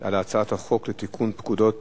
על הצעת חוק לתיקון פקודת